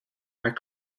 are